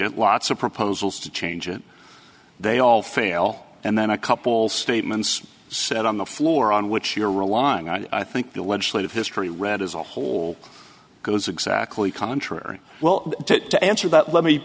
it lots of proposals to change it they all fail and then a couple statements said on the floor on which you're relying on i think the legislative history read as a whole because exactly contrary well to answer that let me